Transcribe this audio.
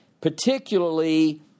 particularly